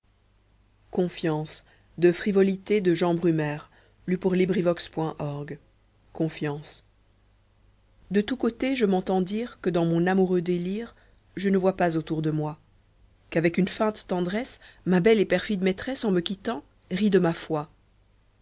de tous côtés je m'entends dire que dans mon amoureux délire je ne vois pas autour de moi qu'avec une feinte tendresse ma belle et perfide maîtresse en me quittant rit de ma foi